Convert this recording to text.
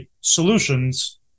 solutions